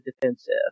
defensive